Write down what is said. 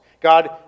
God